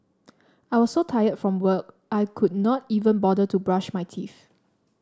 I was so tired from work I could not even bother to brush my teeth